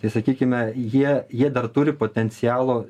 tai sakykime jie jie dar turi potencialo